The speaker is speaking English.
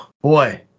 boy